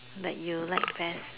like you like